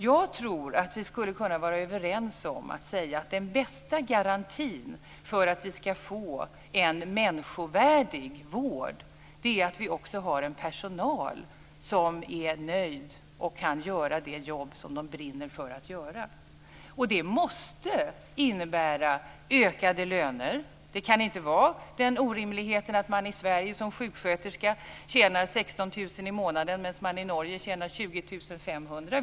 Jag tror att vi skulle kunna vara överens om att säga att den bästa garantin för att vi skall få en människovärdig vård är att vi också har en personal som är nöjd och kan göra det jobb som de brinner för att göra. Det måste innebära ökade löner. Det kan inte vara den orimligheten att man i Sverige som sjuksköterska tjänar 16 000 kr i månaden, medan man i Norge tjänar 20 500 kr.